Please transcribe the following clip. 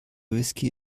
whisky